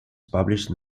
published